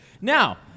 Now